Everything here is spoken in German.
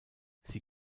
sie